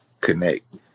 connect